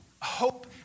Hope